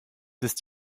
ist